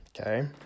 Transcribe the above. Okay